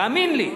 תאמין לי: